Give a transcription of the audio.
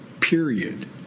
Period